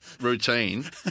routine